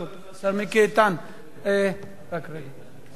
סליחה.